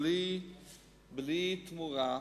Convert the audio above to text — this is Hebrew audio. בלי תמורה.